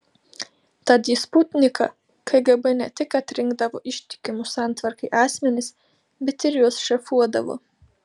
tad į sputniką kgb ne tik atrinkdavo ištikimus santvarkai asmenis bet ir juos šefuodavo